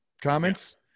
comments